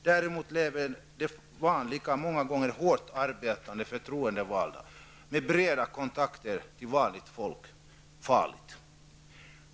Däremot lever vi vanliga, många gånger hårt arbetande, förtroendevalda med breda kontakter till vanligt folk farligt.